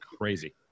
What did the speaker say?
crazy